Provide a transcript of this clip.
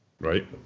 Right